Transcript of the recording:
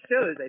shows